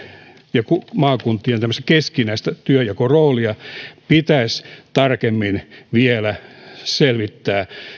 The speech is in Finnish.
ja maakuntien keskinäistä työnjakoroolia pitäisi tarkemmin vielä selvittää